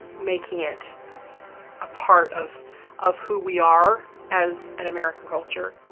making it a part of of who we are as an american culture.